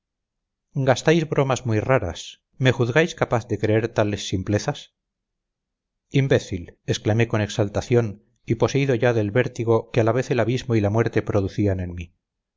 frío gastáis bromas muy raras me juzgáis capaz de creer tales simplezas imbécil exclamé con exaltación y poseído ya del vértigo que a la vez el abismo y la muerte producían en mí